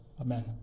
Amen